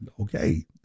Okay